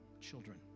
children